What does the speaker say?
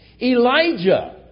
Elijah